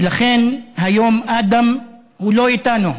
ולכן היום אדם הוא לא איתנו.